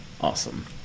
Awesome